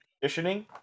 conditioning